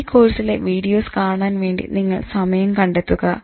ഈ കോഴ്സിലെ വീഡിയോസ് കാണാൻ വേണ്ടി നിങ്ങൾ സമയം കണ്ടെത്തുക